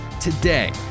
Today